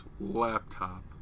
laptop